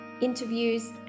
interviews